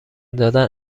دادن